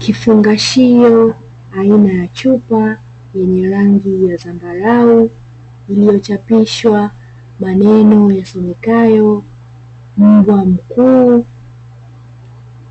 Kifungashio aina ya chupa yenye rangi ya zambarau, iliyochapishwa maneno yasomekayo mbwa mkuu,